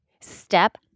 step